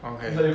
okay